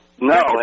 No